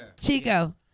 Chico